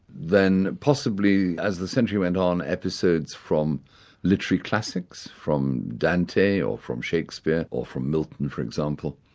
then possibly as the century went on, episodes from literary classics, from dante or from shakespeare, or from milton for example,